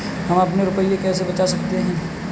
हम अपने रुपये कैसे बचा सकते हैं?